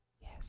Yes